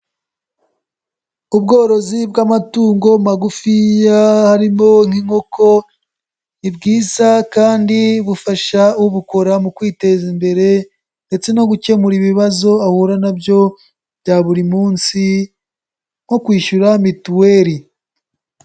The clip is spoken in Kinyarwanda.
Ubworozi bw'amatungo magufi harimo nk'inkoko ni bwiza kandi bufasha ubukora mu kwiteza imbere ndetse no gukemura ibibazo ahura na byo bya buri munsi nko kwishyura mituweri.